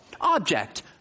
object